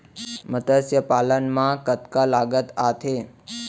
मतस्य पालन मा कतका लागत आथे?